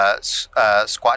squat